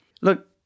look